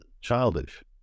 childish